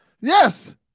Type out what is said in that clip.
Yes